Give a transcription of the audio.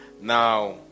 now